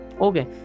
okay